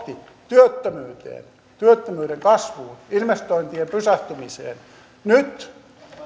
työttömyyteen työttömyyden kasvuun investointien pysähtymiseen nyt